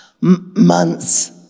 months